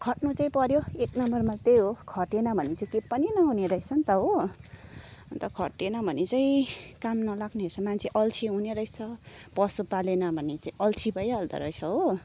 खट्नु चाहिँ पऱ्यो एक नम्बरमा त्यही हो खटेन भने चाहिँ के पनि नहुने रहेछ नि त हो अन्त खटेन भने चाहिँ काम नलाग्ने रहेछ मान्छे अल्छे हुने रहेछ पशु पालेन भने चाहिँ अल्छी भइहाल्दो रहेछ हो